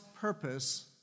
purpose